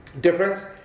difference